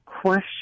question